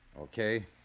Okay